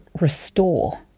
restore